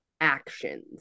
actions